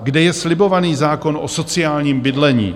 Kde je slibovaný zákon o sociálním bydlení?